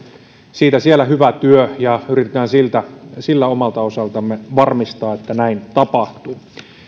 kanssa siellä hyvää työtä ja yritämme sillä omalta osaltamme varmistaa että näin tapahtuu